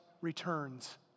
returns